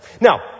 Now